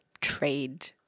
trade